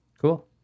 Cool